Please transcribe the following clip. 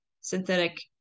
synthetic